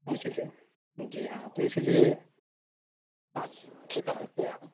इसलिए जी हाँ तो इसलिए